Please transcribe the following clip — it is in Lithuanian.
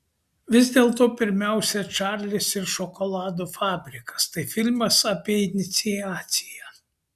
vis dėlto pirmiausia čarlis ir šokolado fabrikas tai filmas apie iniciaciją